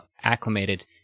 acclimated